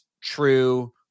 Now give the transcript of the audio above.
true